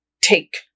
take